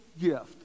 gift